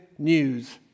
news